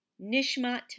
Nishmat